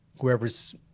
Whoever's